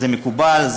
זה מקובל.